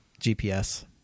GPS